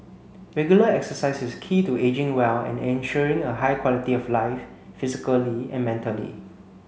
regular exercise is key to ageing well and ensuring a high quality of life physically and mentally